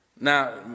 Now